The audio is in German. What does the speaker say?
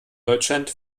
deutschland